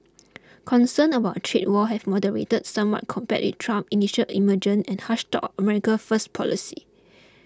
concerns about a trade war have moderated somewhat compared with Trump initial emergent and harsh talk America first policy